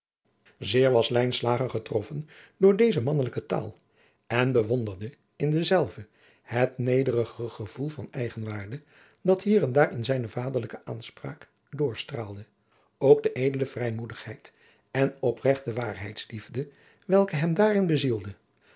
zeer was lijnslager getroffen door deze mannelijke taal en bewonderde in dezelve het nederig gevoel van eigen waarde dat hier en daar in zijne vaderlijke aanspraak doorstraalde ook de edele vrijmoedigheid en opregte waarheidsliefde welke hem daarin bezielde